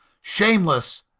shameless,